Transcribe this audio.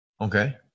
okay